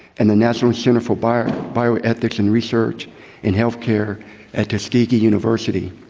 and the national center for bioethics bioethics in research and healthcare at tuskegee university.